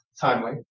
timely